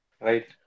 Right